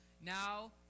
Now